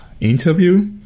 interview